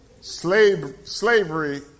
Slavery